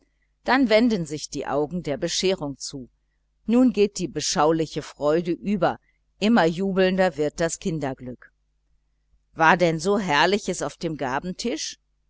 dann wenden sich die augen der bescherung zu nun geht die beschauliche freude über immer lauter und jubelnder wird das kinderglück war denn so herrliches auf dem gabentisch